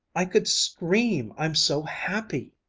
i could scream, i'm so happy!